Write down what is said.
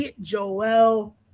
Joel